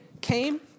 came